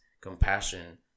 compassion